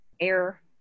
air